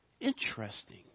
Interesting